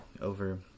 over